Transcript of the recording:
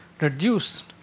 reduced